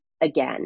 again